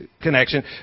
Connection